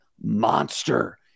monster